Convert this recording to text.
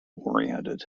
oriented